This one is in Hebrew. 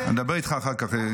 אני אדבר איתך אחר כך.